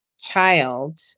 child